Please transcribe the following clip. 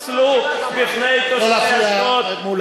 ותתנצלו בפני, לא להפריע, חבר הכנסת מולה.